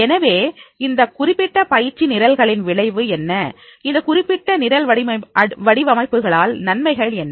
எனவே இந்த குறிப்பிட்ட பயிற்சி நிரல்களின் விளைவு என்ன இந்த குறிப்பிட்டநிரல்வடிவமைப்புகளால்நன்மைகள் என்ன